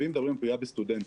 ואם מדברים על פגיעה בסטודנטים,